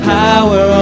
power